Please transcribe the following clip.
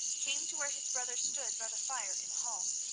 came to where his brother stood by the fire in the hall.